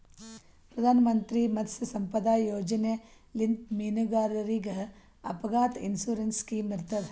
ಪ್ರಧಾನ್ ಮಂತ್ರಿ ಮತ್ಸ್ಯ ಸಂಪದಾ ಯೋಜನೆಲಿಂತ್ ಮೀನುಗಾರರಿಗ್ ಅಪಘಾತ್ ಇನ್ಸೂರೆನ್ಸ್ ಸ್ಕಿಮ್ ಇರ್ತದ್